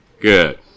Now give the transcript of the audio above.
Good